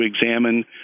examine